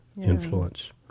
influence